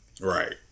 Right